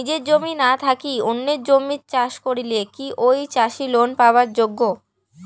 নিজের জমি না থাকি অন্যের জমিত চাষ করিলে কি ঐ চাষী লোন পাবার যোগ্য?